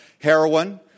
heroin